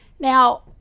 Now